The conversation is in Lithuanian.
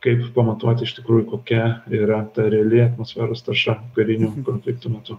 kaip pamatuoti iš tikrųjų kokia yra ta reali atmosferos tarša karinių konfliktų metu